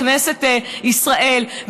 בכנסת ישראל,